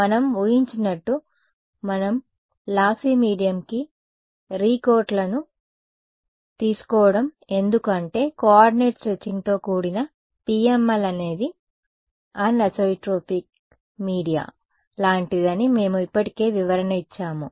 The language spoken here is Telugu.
మనం ఊహించినట్టు మనం లాస్సీ మీడియంకి రీకోట్ల ను తీసుకోవడం ఎందుకు అంటే కోఆర్డినేట్ స్ట్రెచింగ్తో కూడిన PML అనేది అన్ ఐసోట్రోపిక్ మీడియా లాంటిదని మేము ఇప్పటికే వివరణ ఇచ్చాము